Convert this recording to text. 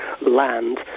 land